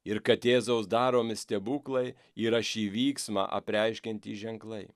ir kad jėzaus daromi stebuklai yra šį vyksmą apreiškiantys ženklai